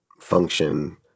function